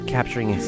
Capturing